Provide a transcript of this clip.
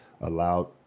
allowed